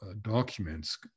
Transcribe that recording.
documents